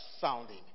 sounding